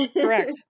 Correct